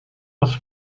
was